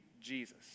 Jesus